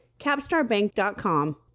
CapstarBank.com